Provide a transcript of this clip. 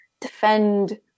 defend